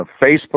Facebook